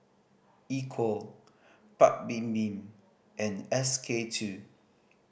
Equal Paik Bibim and SK two